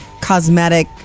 cosmetic